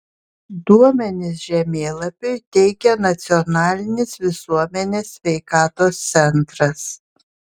duomenis žemėlapiui teikia nacionalinis visuomenės sveikatos centras